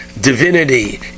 divinity